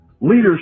leadership